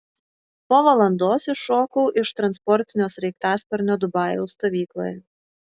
po valandos iššokau iš transportinio sraigtasparnio dubajaus stovykloje